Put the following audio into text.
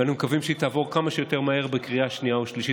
ואנו מקווים שהיא תעבור כמה שיותר מהר בקריאה שנייה ושלישית,